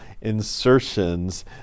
insertions